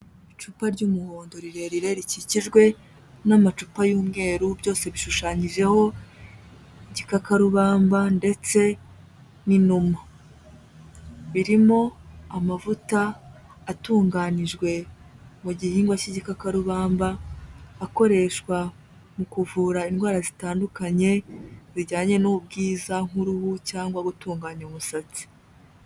Icupa ry'umuhondo rirerire rikikijwe n'amacupa y'umweru, byose bishushanyijeho igikakarubamba ndetse n'inuma. Birimo amavuta atunganyijwe mu gihingwa cy'igikarubamba, akoreshwa mu kuvura indwara zitandukanye, zijyanye n'ubwiza nk'uruhu cyangwa gutunganya umusatsi.